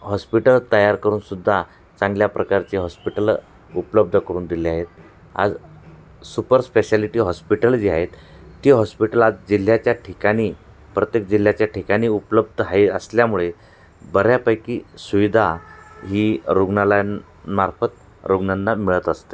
hospital तयार करून सुद्धा चांगल्या प्रकारचे हॉस्पिटल उपलब्ध करून दिले आहेत आज सुपर स्पेशालिटी हॉस्पिटल जे आहेत ती हॉस्पिटल आज जिल्ह्याच्या ठिकाणी प्रत्येक जिल्ह्याच्या ठिकाणी उपलब्ध आहे असल्यामुळे बऱ्यापैकी सुविधा ही रुग्णालयांमार्फत रुग्णांना मिळत असते